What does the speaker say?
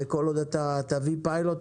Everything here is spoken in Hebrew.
וכל עוד אתה תביא פיילוט,